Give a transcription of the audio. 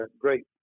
great